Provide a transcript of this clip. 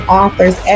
authors